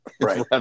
right